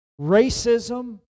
racism